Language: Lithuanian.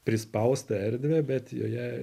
prispaustą erdvę bet joje